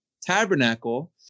tabernacle